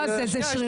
לא, זה שרירותי.